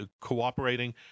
cooperating